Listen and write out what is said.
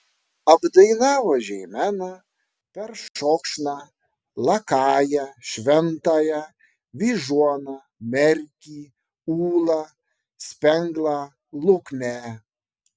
apdainavo žeimeną peršokšną lakają šventąją vyžuoną merkį ūlą spenglą luknę